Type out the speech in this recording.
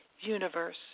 universe